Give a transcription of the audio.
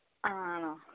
ആ ആണോ